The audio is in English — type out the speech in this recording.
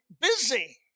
busy